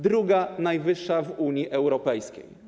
Druga najwyższa w Unii Europejskiej.